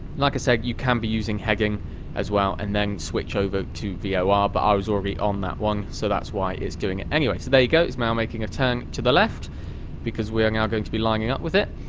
like i said you can be using heading as well, and then switch over to the vor, ah but i was already on that one so that's why it's doing it. anyway, so there you go it's now making a turn to the left because we are now going to be lining up with it.